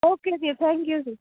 okay ਜੀ thank you ਜੀ